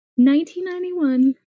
1991